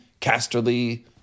Casterly